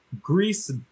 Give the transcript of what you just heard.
Greece